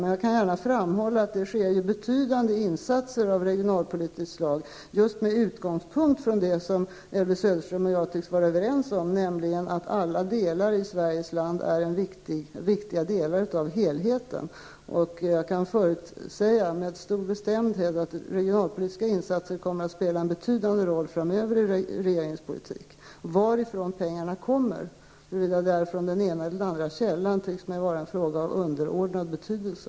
Men jag vill framhålla att det görs betydande regionalpolitiska insatser just med utgångspunkt i det som Elvy Söderström och jag tycks vara överens om, nämligen att alla delar av Sveriges land är viktiga delar av helheten. Jag kan förutsäga med stor bestämdhet att regionalpolitiska insatser kommer att spela en betydande roll framöver i regeringens politik. Varifrån pengarna kommer, från den ena eller den andra källan, tycks mig vara en fråga av underordnad betydelse.